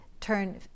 turn